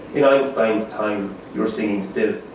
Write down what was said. in einstein's time, you're singing still.